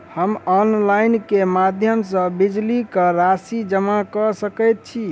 हम ऑनलाइन केँ माध्यम सँ बिजली कऽ राशि जमा कऽ सकैत छी?